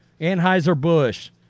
Anheuser-Busch